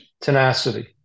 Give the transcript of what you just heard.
Tenacity